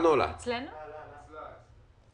ורצינו לייצר העברה ראשונית של המידע.